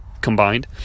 combined